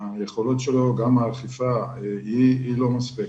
היכולות שלו, גם האכיפה, זה לא מספיק.